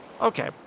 Okay